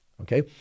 okay